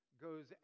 goes